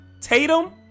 Tatum